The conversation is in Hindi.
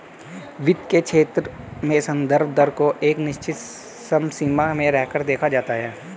वित्त के क्षेत्र में संदर्भ दर को एक निश्चित समसीमा में रहकर देखा जाता है